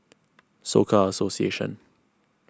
Soka Association